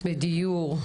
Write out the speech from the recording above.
דיור,